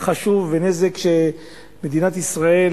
חשוב ונזק שמדינת ישראל,